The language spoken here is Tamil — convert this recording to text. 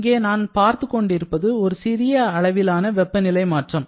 இங்கே நான் பார்த்துக்கொண்டிருப்பது ஒரு சிறிய அளவிலான வெப்பநிலை மாற்றம்